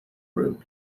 room